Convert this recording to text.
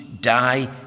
die